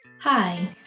Hi